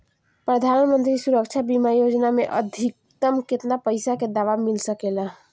प्रधानमंत्री सुरक्षा बीमा योजना मे अधिक्तम केतना पइसा के दवा मिल सके ला?